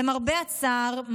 למרבה הצער,